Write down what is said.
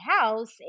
house